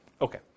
Okay